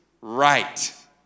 right